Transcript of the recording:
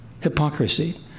hypocrisy